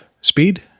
speed